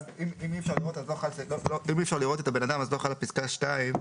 אי אפשר לראות את הבן אדם, לא חלה פסקה (2)